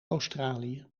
australië